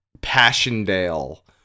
Passchendaele